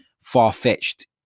far-fetched